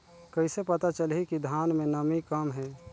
कइसे पता चलही कि धान मे नमी कम हे?